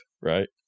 right